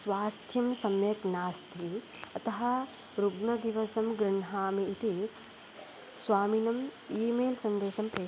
स्वास्थ्यं सम्यक् नास्ति अतः रुग्णदिवसं गृह्णामि इति स्वामिनम् ईमेल् सन्देशं प्रे